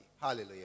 hallelujah